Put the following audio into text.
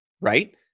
right